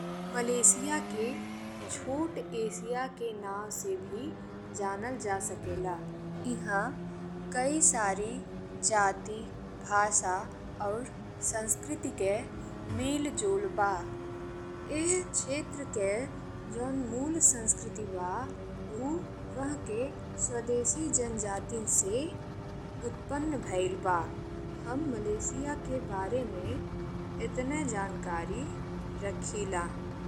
Malaysia के छोट Asia के नाव से भी जानल जा सकेला। एहाँ कई सारी जाति, भाषा और संस्कृति के मेल जोल बा। इह क्षेत्रफल के जौन मूल संस्कृति बा उ वह के सडेस जातिन से उत्पन्न भइल बा। हम मलेशिया के बारे में एतने जानकारी रखिला।